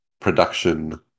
production